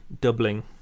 doubling